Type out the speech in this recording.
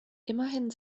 immerhin